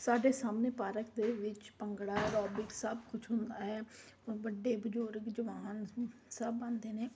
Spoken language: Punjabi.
ਸਾਡੇ ਸਾਹਮਣੇ ਪਾਰਕ ਦੇ ਵਿੱਚ ਭੰਗੜਾ ਐਰੋਬਿਕਸ ਸਭ ਕੁਝ ਹੁੰਦਾ ਹੈ ਵੱਡੇ ਬਜ਼ੁਰਗ ਜਵਾਨ ਸਭ ਆਉਂਦੇ ਨੇ